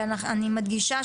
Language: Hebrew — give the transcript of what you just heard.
ואני מדגישה,